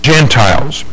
Gentiles